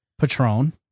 Patron